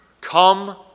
come